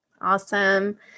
Awesome